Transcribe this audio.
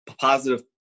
positive